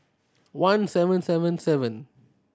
one seven seven seven